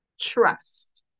trust